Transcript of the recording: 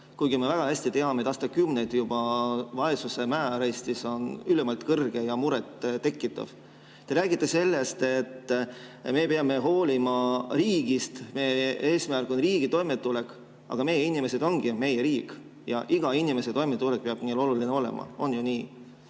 kuigi me väga hästi teame, et juba aastakümneid on vaesus Eestis ülimalt suur ja muret tekitav. Te räägite sellest, et me peame hoolima riigist, et meie eesmärk on riigi toimetulek. Aga meie inimesed ongi ju meie riik ja iga inimese toimetulek peaks oluline olema. On ju nii?